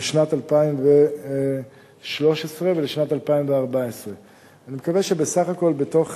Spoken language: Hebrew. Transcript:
לשנת 2013 ולשנת 2014. אני מקווה שבסך הכול, תוך